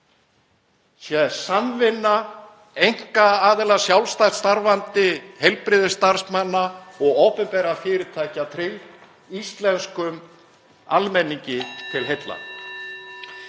sé samvinna einkaaðila, sjálfstætt starfandi heilbrigðisstarfsmanna og opinberra fyrirtækja, tryggð, íslenskum almenningi til heilla.